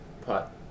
pot